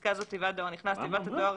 בפסקה זו "תיבת דואר נכנס" תיבת הדואר